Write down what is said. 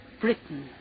Britain